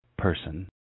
Person